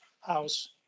house